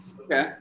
okay